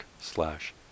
slash